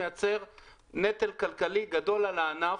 מייצר נטל כלכלי גדול על הענף,